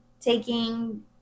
taking